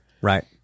Right